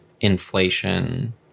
inflation